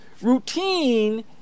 routine